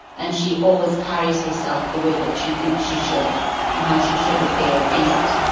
and she always carries herself the way that she thinks she should and how she should appear in it.